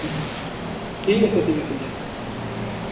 ঠিক আছে ঠিক আছে দিয়া